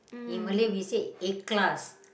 in Malay we say A class